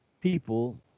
people